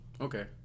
Okay